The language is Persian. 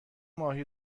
ماهی